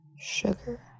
sugar